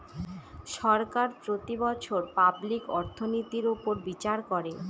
সরকার প্রতি বছর পাবলিক অর্থনৈতির উপর বিচার করে